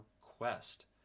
quest